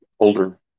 older